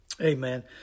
Amen